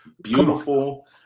Beautiful